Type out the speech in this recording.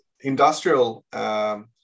industrial